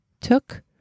took